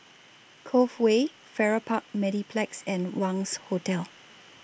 Cove Way Farrer Park Mediplex and Wangz Hotel